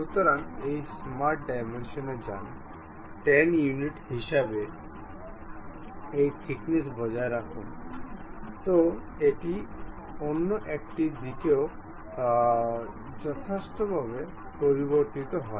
সুতরাং এখন স্মার্ট ডাইমেনশনে যান 10 ইউনিট হিসাবে এই থিকনেস বজায় রাখুন সুতরাং এটি অন্য একটি দিকও যথাযথভাবে পরিবর্তিত হয়